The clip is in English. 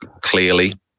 clearly